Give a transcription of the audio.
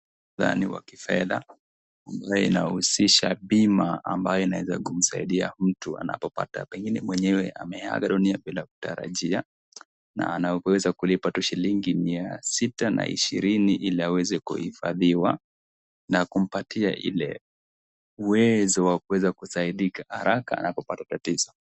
Muktadha ni wa kifedha ambayo inahusisha bima ambayo inaweza kumsaidia mtu anapopata pengine mwenyewe ameaga dunia bila kutarajia na anaweza kulipa tu shillingi mia sita na ishirini ili aweze ku hifadhiwa na kumpatia ile uwezo wa kuweza kusaidika haraka anapopata tatizo.